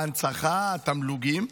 ההנצחה, התמלוגים,